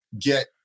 get